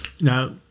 Now